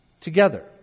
together